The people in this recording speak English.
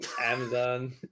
Amazon